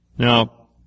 Now